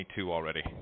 already